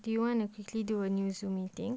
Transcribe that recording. do you want to quickly do a new zoom meeting